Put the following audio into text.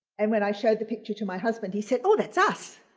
and when i showed the picture to my husband he said oh that's us!